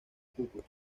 cúcuta